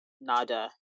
nada